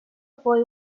boy